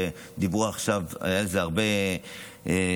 שדיברו עליה עכשיו, והיה על זה הרבה תקשורת,